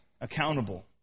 accountable